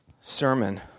sermon